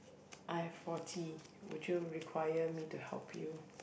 I have forty would you require me to help you